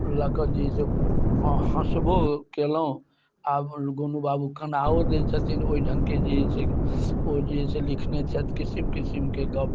लऽ कऽ जे है से हँसबो केलहुँ आओर गोनू बाबू कनाओ दै छथिन ओइ ढ़ङ्गके जे है से ओ जे है से लिखने छथि किसिम किसिमके गप